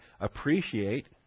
appreciate